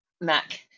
mac